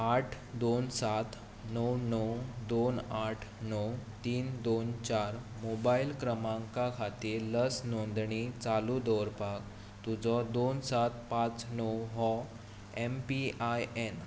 आठ दोन सात णव णव दोन आठ णव तीन दोन चार मोबायल क्रमांका खातीर लस नोंदणी चालू दवरपाक तुजो दोन सात पांच णव हो एम पी आय एन